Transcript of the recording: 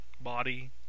body